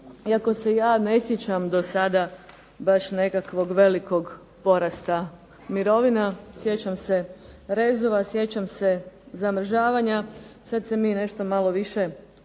iako se ja ne sjećam do sad baš nekakvog velikog porasta mirovina, sjećam se rezova, sjećam se zamrzavanja, sad se mi nešto malo više čudimo,